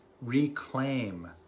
reclaim